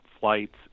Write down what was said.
flights